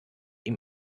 ihm